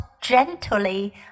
gently